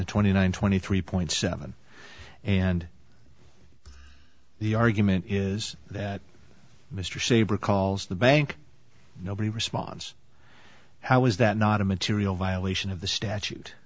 the twenty one twenty three point seven and the argument is that mr saber calls the bank nobody response how is that not a material violation of the statute